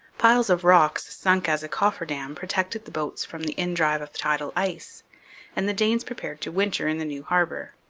piles of rocks sunk as a coffer-dam protected the boats from the indrive of tidal ice and the danes prepared to winter in the new harbour.